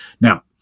Now